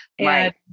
Right